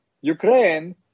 ukraine